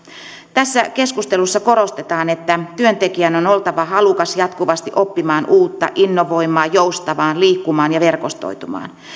tässä keskustelussa korostetaan että työntekijän on oltava halukas jatkuvasti oppimaan uutta innovoimaan joustamaan liikkumaan ja verkostoitumaan